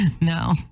No